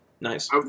Nice